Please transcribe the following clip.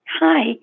Hi